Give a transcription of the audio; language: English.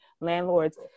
landlords